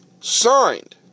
signed